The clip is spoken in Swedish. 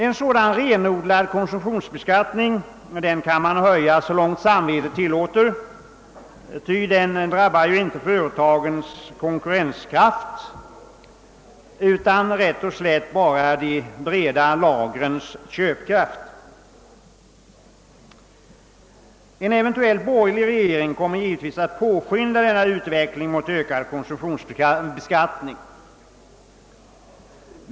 En sådan beskattning kan man höja så mycket som samvetet tillåter, ty den drabbar inte företagens konkurrenskraft utan helt enkelt »bara» de breda lagrens köpkraft. mer givetvis att påskynda denna utveckling mot ökad konsumtionsbeskattning.